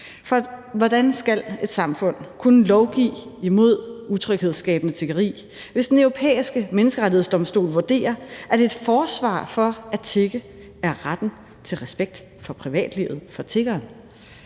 For hvordan skal et samfund kunne lovgive imod utryghedsskabende tiggeri, hvis Den Europæiske Menneskerettighedsdomstol vurderer, at et forsvar for at tigge er retten til respekt for privatlivet for tiggeren?